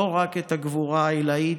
לא רק את הגבורה העילאית,